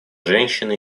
женщины